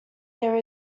there